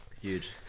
Huge